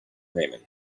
raymond